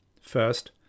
First